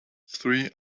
three